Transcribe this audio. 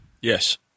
Yes